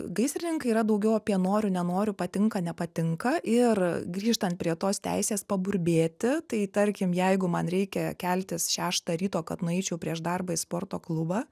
gaisrininkai yra daugiau apie noriu nenoriu patinka nepatinka ir grįžtant prie tos teisės paburbėti tai tarkim jeigu man reikia keltis šeštą ryto kad nueičiau prieš darbą į sporto klubą